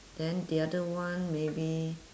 then the other one maybe